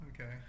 okay